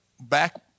back